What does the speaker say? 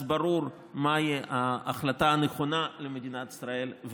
אז ברור מהי ההחלטה הנכונה למדינת ישראל,